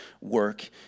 work